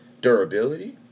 durability